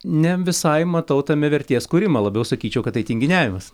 ne visai matau tame vertės kūrimą labiau sakyčiau kad tai tinginiavimas